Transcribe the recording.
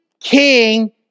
king